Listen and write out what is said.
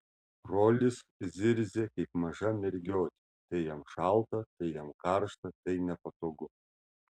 rolis zirzia kaip maža mergiotė tai jam šalta tai jam karšta tai nepatogu